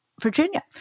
Virginia